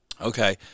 Okay